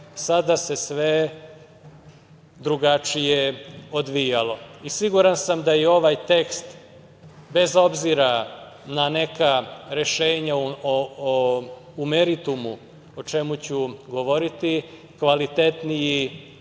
sada se sve drugačije odvijalo. I siguran sam da je ovaj tekst, bez obzira na neka rešenja u meritumu, o čemu ću govoriti, kvalitetniji